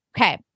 Okay